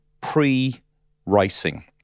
pre-racing